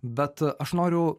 bet aš noriu